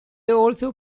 also